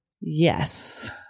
Yes